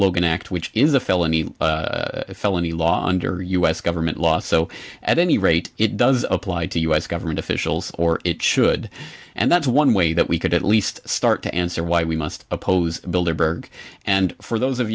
logan act which is a felony felony law under u s government law so at any rate it does apply to u s government officials or it should and that's one way that we could at least start to answer why we must oppose builder berg and for those